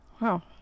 Wow